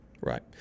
Right